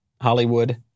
Hollywood